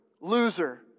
loser